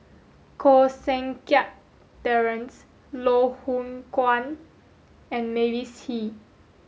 Koh Seng Kiat Terence Loh Hoong Kwan and Mavis Hee